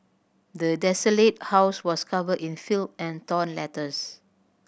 the desolated house was covered in filth and torn letters